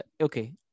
Okay